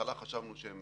בהתחלה חשבנו שהם